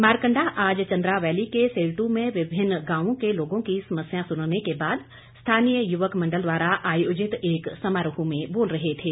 मारकंडा आज चंद्रा वैली के सैल्टू में विभिन्न गांवों के लोगों की समस्या सुनने के बाद स्थानीय युवक मंडल द्वारा आयोजित एक समारोह में बोल रहे थे